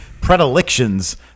predilections